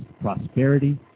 prosperity